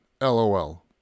LOL